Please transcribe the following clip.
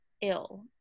ill